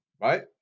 right